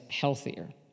healthier